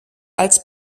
als